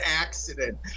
accident